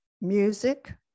music